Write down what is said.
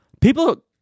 People